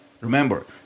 Remember